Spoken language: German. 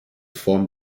form